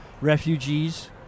refugees